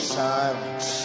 silence